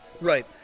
Right